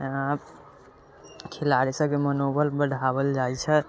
यहाँ खिलाड़ी सभके मनोबल बढ़ाओल जाइत छै